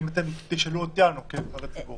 אם תשאלו אותנו כנבחרי ציבור.